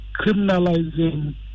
criminalizing